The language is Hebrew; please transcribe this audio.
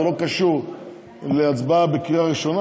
זה לא קשור להצבעה בקריאה ראשונה.